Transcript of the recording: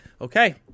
Okay